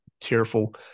tearful